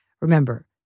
Remember